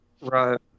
right